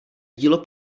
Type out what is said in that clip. dílo